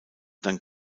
dann